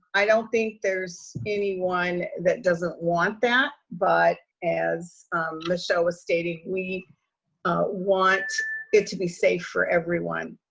i don't think there's anyone that doesn't want that, but as michelle was stating, we want it to be safe for everyone.